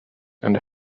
and